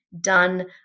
done